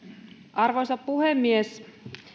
arvoisa puhemies